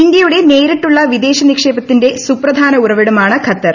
ഇന്തൃയുടെ നേരിട്ടുള്ള വിദേശ നിക്ഷേപത്തിന്റെ സുപ്രധാന ഉറവിടമാണ് ഖത്തർ